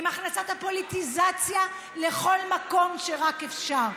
עם הכנסת הפוליטיזציה לכל מקום שרק אפשר.